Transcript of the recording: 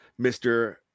Mr